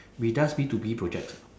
we does B to B projects